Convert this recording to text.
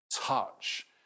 touch